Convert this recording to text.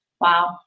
Wow